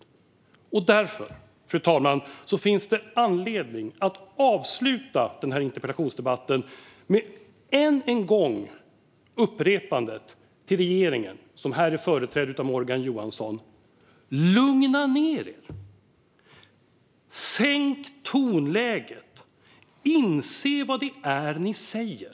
Därför, fru talman, finns det anledning att avsluta denna interpellationsdebatt med att än en gång upprepa uppmaningen till regeringen, som här är företrädd av Morgan Johansson: Lugna ned er! Sänk tonläget! Inse vad det är ni säger!